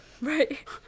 right